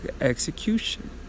Execution